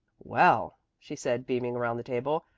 well, she said, beaming around the table.